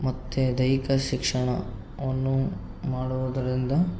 ಮತ್ತೆ ದೈಹಿಕ ಶಿಕ್ಷಣವನ್ನು ಮಾಡುವುದರಿಂದ